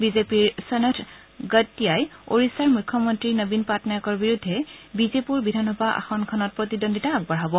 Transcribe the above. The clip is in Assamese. বিজেপিৰ ছন্থ গডতিয়াই ওড়িশাৰ মুখ্যমন্ত্ৰী নবীন পাটনায়কৰ বিৰুদ্ধে বিজেপুৰ বিধানসভা আসনখনৰ বাবে প্ৰতিদ্বন্দ্বিতা আগবঢ়াব